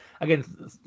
again